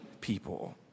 people